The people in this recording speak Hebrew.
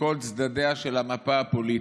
מכל צדדיה של המפה הפוליטית,